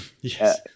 Yes